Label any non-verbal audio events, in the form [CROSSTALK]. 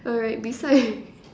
alright beside [LAUGHS]